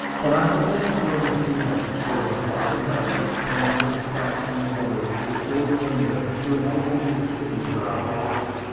when i had been in the room a few minutes, there was light enough which came through the cracks in the boards before the window to enable me to see where i was.